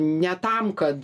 ne tam kad